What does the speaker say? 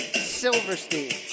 Silverstein